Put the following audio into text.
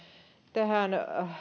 tähän